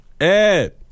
Ed